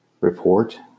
Report